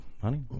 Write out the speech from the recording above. honey